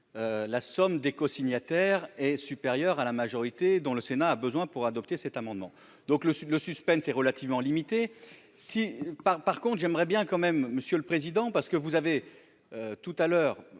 la somme des cosignataires est supérieur à la majorité, dont le Sénat a besoin pour adopter cet amendement donc le sud, le suspense est relativement limité si par, par contre, j'aimerais bien quand même, Monsieur le Président, parce que vous avez tout à l'heure